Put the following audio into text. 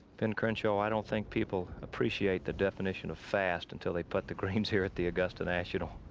ben crenshaw i don't think people appreciate the definition of fast until they putt the greens here at the augusta national.